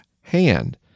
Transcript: hand